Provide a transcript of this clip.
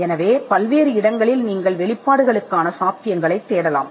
எனவே பல்வேறு இடங்களில் சாத்தியமான வெளிப்பாடுகளை நீங்கள் காணலாம்